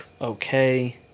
Okay